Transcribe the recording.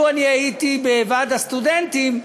לו אני הייתי בוועד הסטודנטים,